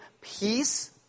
peace